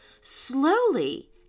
Slowly